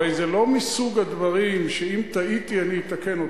הרי זה לא מסוג הדברים שאם טעיתי אני אתקן אותם,